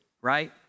right